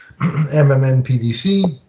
mmnpdc